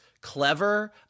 clever